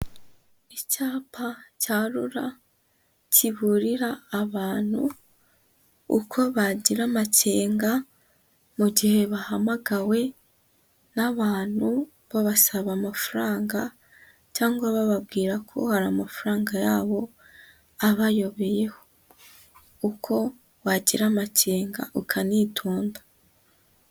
Icyapa cya RURA kiburira abantu uko bagira amakenga mu gihe bahamagawe n'abantu babasaba amafaranga cyangwa bababwira ko hari amafaranga yabo abayobeyeho uko wagira amakenga ukanitonda.